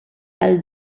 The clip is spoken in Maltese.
għal